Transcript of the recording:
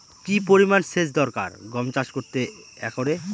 কি পরিমান সেচ দরকার গম চাষ করতে একরে?